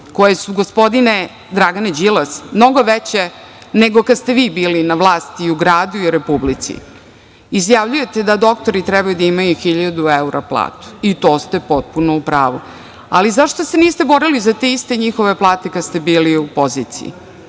koje su gospodine Dragane Đilas, mnogo veće nego kad ste vi bili na vlasti i u gradu i u Republici. Izjavljujete da doktori treba da imaju 1.000 evra platu i to ste potpuno u pravu, ali zašto se niste borili za te iste njihove plate kada ste bili u poziciji?